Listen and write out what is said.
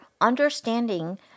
understanding